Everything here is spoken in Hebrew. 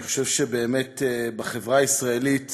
אני חושב שבחברה הישראלית